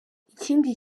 ikindi